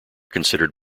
considered